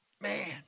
Man